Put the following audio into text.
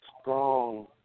strong